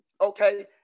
Okay